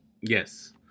Yes